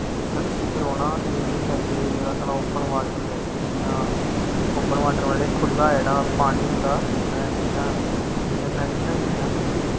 सुरक्षित रौह्ना स्विमिंग करदे होई जेह्ड़ा साढ़ा ओपन वॉटर ऐ जियां ओपन वॉटर मतलव खुल्ला पानी होंदा जियां जियां नदियां होइयां